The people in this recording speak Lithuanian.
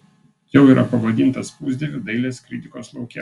jau yra pavadintas pusdieviu dailės kritikos lauke